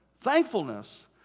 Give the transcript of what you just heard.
thankfulness